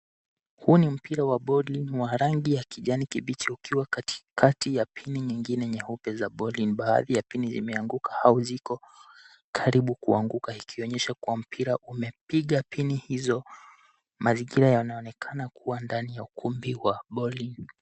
Huu ni mpira wa bowling wa rangi ya kijani kibichi ukiwa katikati ya pini nyingine nyeupe za bowling . Baadhi ya pini zimeanguka au ziko karibu kuanguka, ikionyesha kuwa mpira umepiga pini hizo. Mazingira yanaonekana kuwa ndani ya ukumbi wa bowling .